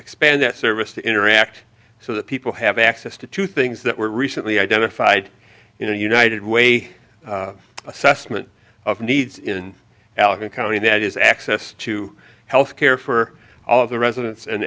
expand that service to interact so that people have access to two things that were recently identified you know united way assessment of needs in allegheny county that is access to health care for all of the residents and